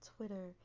Twitter